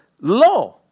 law